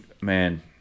man